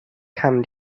kamen